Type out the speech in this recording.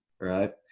right